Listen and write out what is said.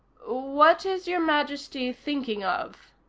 what is your majesty thinking of?